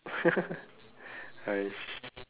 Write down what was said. !hais!